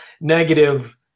negative